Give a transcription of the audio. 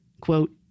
Quote